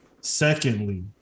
Secondly